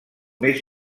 més